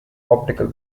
optical